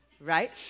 Right